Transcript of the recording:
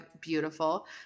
beautiful